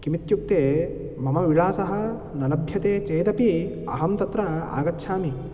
किमित्युक्ते मम विलासः न लभ्यते चेदपि अहं तत्र आगच्छामि